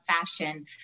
fashion